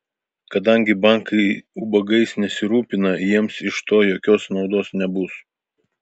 kadangi bankai ubagais nesirūpina jiems iš to jokios naudos nebus